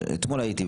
אתמול הייתי,